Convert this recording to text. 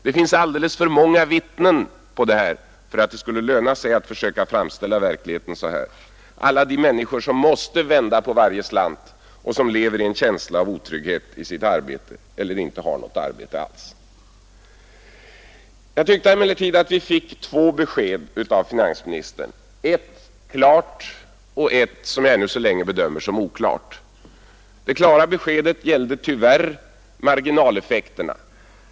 Det finns alldeles för många vittnen på det för att det skulle löna sig att försöka framställa verkligheten sådan. Det är alla de människor som måste vända på varje slant och som lever i en känsla av otrygghet i sitt arbete eller inte har något arbete alls. Jag tyckte emellertid att vi fick två besked av finansministern, ett klart och ett som jag ännu så länge bedömer som oklart. Det klara beskedet gällde tyvärr marginaleffekterna.